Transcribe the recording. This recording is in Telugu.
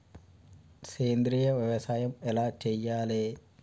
సేంద్రీయ వ్యవసాయం ఎలా చెయ్యాలే?